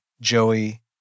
Joey